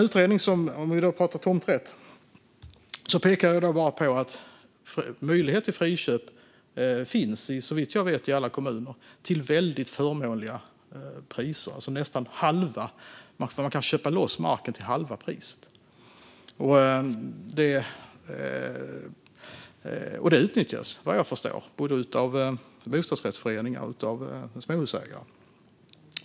Angående tomträtten pekade jag bara på att möjlighet till friköp finns, såvitt jag vet, i alla kommuner till väldigt förmånliga priser. Man får köpa loss marken till halva priset. Detta utnyttjas, vad jag förstår, både av bostadsrättsföreningar och småhusägare.